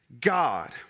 God